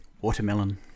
Watermelon